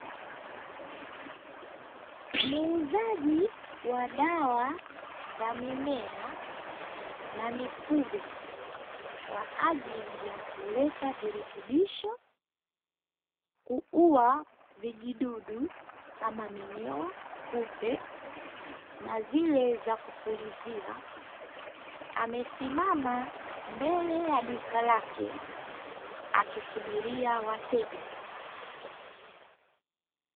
Muuzaji wa dawa za mimea na mifugo kwa ajili ya kuleta virutubisho, kuua vijidudu kama minyoo, kupe, na zile za kupulizia, amesimama mbele ya duka lake akisubiria wateja.